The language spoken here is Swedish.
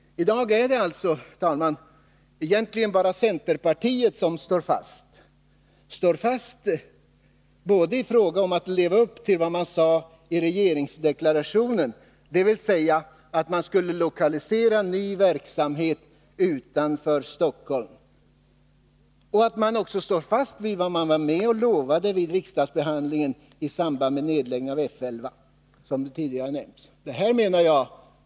I dag är det alltså egentligen bara centerpartiet som står fast både vid vad man sade i regeringsdeklarationen, dvs. att man skulle lokalisera ny verksamhet utanför Stockholm, och vid vad man lovade vid riksdagsbehandlingen av frågan om nedläggningen av F 11, som tidigare nämnts.